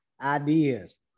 ideas